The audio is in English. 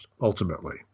ultimately